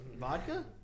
Vodka